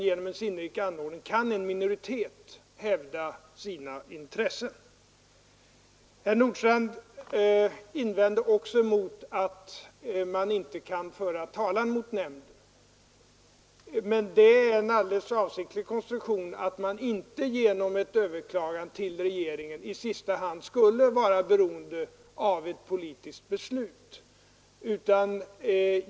Genom en sinnrik anordning kan nämligen en minoritet hävda sina intressen. Herr Nordstrandh invände också mot att man inte kan föra talan mot nämnden. Men det är en alldeles avsiktlig konstruktion för att man inte genom ett överklagande till regeringen i sista hand skulle vara beroende av ett politiskt beslut.